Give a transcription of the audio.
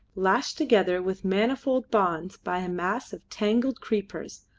lashed together with manifold bonds by a mass of tangled creepers,